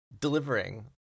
delivering